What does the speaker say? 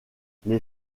les